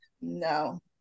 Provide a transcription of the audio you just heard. No